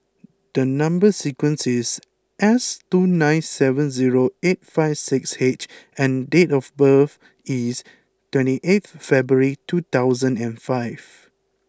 the number sequence is S two nine seven zero eight five six H and date of birth is twenty eight February two thousand and five